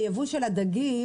זה בכלל לא קשור לדיון.